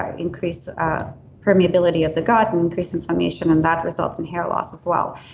ah increase permeability of the gut, and increase inflammation and bad results in hair loss as well.